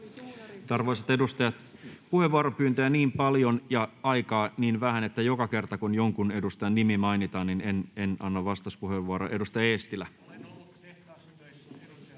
Arvoisat edustajat! Puheenvuoropyyntöjä on niin paljon ja aikaa niin vähän, että joka kerta, kun jonkun edustajan nimi mainitaan, en anna vastauspuheenvuoroa. — Edustaja Eestilä. [Mauri Peltokangas: Olen